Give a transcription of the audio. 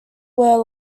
were